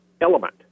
element